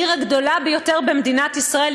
העיר הגדולה ביותר במדינת ישראל,